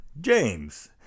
James